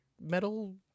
metal